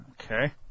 okay